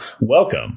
welcome